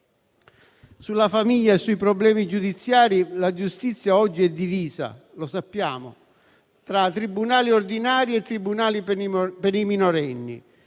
Sulla famiglia e sui problemi giudiziari la giustizia oggi è divisa - lo sappiamo - tra tribunali ordinari e tribunali per i minorenni,